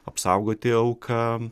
apsaugoti auką